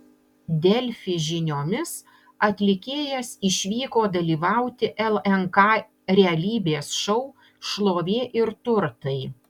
delfi žiniomis atlikėjas išvyko dalyvauti lnk realybės šou šlovė ir turtai